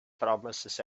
promises